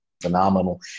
phenomenal